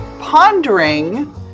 pondering